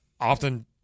often